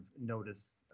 noticed